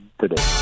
today